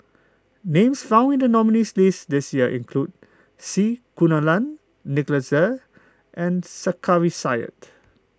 names found in the nominees' list this year include C Kunalan Nicholas Ee and Sarkasi Said